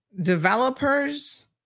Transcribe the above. developers